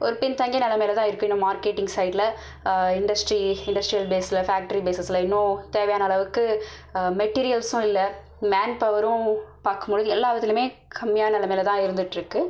ஒரு பின்தங்கிய நிலமையில தான் இருக்குது இன்னும் மார்கெட்டிங் சைடில் இன்டஸ்ட்ரி இண்டஸ்ட்ரியல் பேஸ்ஸில் ஃபேக்டரி பேசஸ்ஸில் இன்னும் தேவையான அளவுக்கு மெட்டிரியல்ஸும் இல்லை மேன்பவரும் பார்க்கும் பொழுது எல்லா விதத்துலேயுமே கம்மியான நிலமையில் தான் இருந்துட்ருக்கு